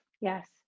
Yes